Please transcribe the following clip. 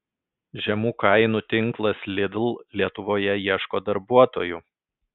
žemų kainų tinklas lidl lietuvoje ieško darbuotojų